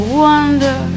wonder